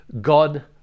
God